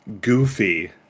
goofy